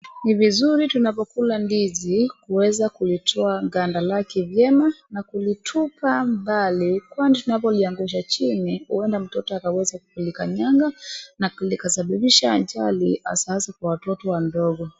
Ni vizuri tunavyokula ndizi kuweza kulitoa ganda lake vyema na kulitupa mabali kwani tunapoliangusha chini huenda mtoto akaweza kulikanyanga na likasababisha ajali hasa hasa kwa watoto wadogo.